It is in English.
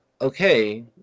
okay